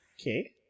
Okay